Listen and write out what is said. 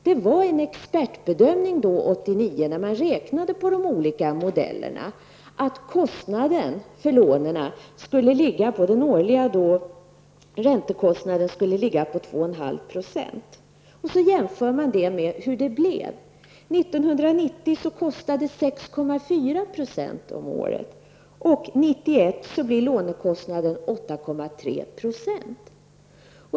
Det var en expertbedömning 1989 då man räknade på de olika modellerna att räntekostnaden för lånen skulle ligga på 2,5 %. 1990 var den 6,5 % om året. 1991 blir den 8,3 %.